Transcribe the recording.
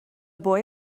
boy